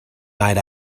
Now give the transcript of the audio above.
night